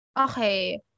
okay